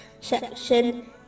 SECTION